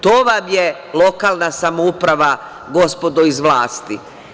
To vam je lokalna samouprava, gospodo, iz vlasti.